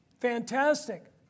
Fantastic